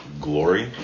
glory